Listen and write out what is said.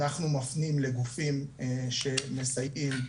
אנחנו מפנים לגופים שמסייעים,